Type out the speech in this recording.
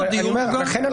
אני אקריא את סעיף (ג) המתוקן.